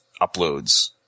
uploads